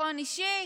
ביטחון אישי,